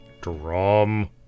Drum